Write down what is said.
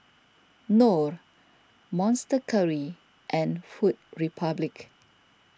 Knorr Monster Curry and Food Republic